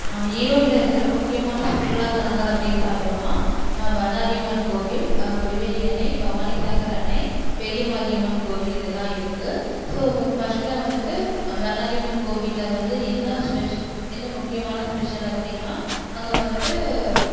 ஈரோட்டில் இருக்கிற முக்கியமான சுற்றுலாத்தளங்கள் அப்படின் பார்த்தோன்னா பண்ணாரி அம்மன் கோவில் கொடிவேரி அணை பவானிசாகர் அணை பெரிய மாரியம்மன் கோவில் இதெல்லாம் இருக்கு ஸோ முக் ஃபர்ஸ்ட்ல வந்துவிட்டு பண்ணாரி அம்மன் கோவிலில் வந்து என்ன ஸ்பெஷ் என்ன முக்கியமான ஸ்பெஷல் அப்படின்னா அங்கே வந்துவிட்டு